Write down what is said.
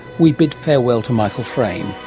we bid farewell to michael frayn.